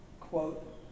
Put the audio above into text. quote